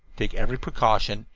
take every precaution,